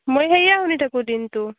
মই সেইয়ে শুনি থাকোঁ দিনটো